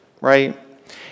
right